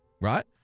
right